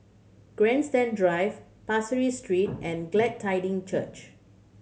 Grandstand Drive Pasir Ris Street and Glad Tiding Church